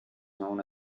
known